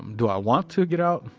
do i want to get out?